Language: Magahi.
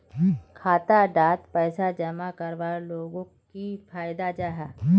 खाता डात पैसा जमा करवार लोगोक की फायदा जाहा?